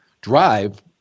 drive